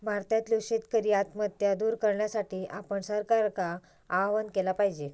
भारतातल्यो शेतकरी आत्महत्या दूर करण्यासाठी आपण सरकारका आवाहन केला पाहिजे